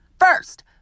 First